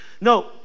No